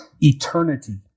eternity